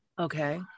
Okay